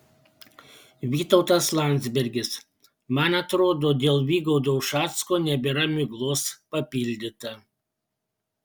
vytautas landsbergis man atrodo dėl vygaudo ušacko nebėra miglos papildyta